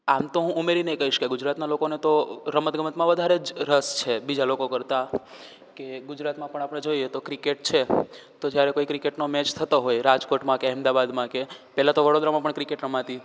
આમ તો હું ઉમેરીને કહીશ કે ગુજરાતના લોકોને તો રમત ગમતમાં વધારે જ રસ છે બીજા લોકો કરતાં કે ગુજરાતમાં પણ આપણે જોઈએ તો ક્રિકેટ છે તો જ્યારે કોઈ ક્રિકેટનો મેચ થતો હોય રાજકોટમાં કે અહેમદાવાદમાં કે પહેલાં તો વડોદરામાં પણ ક્રિકેટ રમાતી